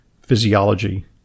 physiology